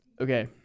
Okay